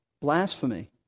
blasphemy